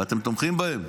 ואתם תומכים בהם.